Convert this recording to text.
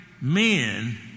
men